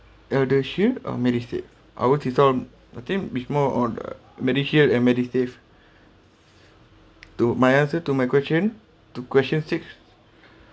eldershield or medisave or what she saw I think with more on uh medishield and medisave to my answer to my question to question six